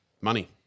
Money